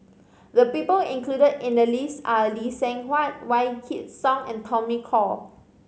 the people included in the list are Lee Seng Huat Wykidd Song and Tommy Koh